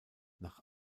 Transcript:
nach